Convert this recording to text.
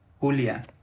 Julia